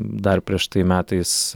dar prieš tai metais